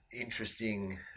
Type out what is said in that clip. interesting